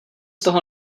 toho